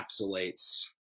encapsulates